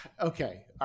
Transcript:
okay